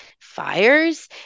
fires